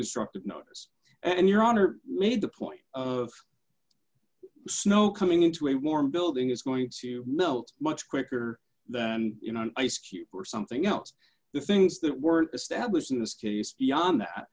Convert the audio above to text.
constructive notice and your honor made the point of snow coming into a warm building is going to know much quicker than you know an ice cube or something else the things that were established in this case beyond that